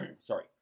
Sorry